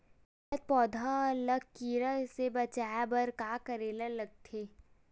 खिलत पौधा ल कीरा से बचाय बर का करेला लगथे?